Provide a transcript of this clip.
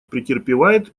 претерпевает